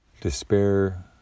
despair